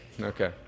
Okay